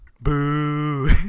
Boo